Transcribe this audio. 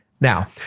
Now